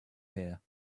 here